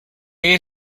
you